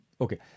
Okay